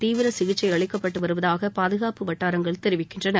தீவிர சிகிச்சை அளிக்கப்பட்டு வருவதாக பாதுகாப்பு வட்டாரங்கள் தெரிவிக்கின்றன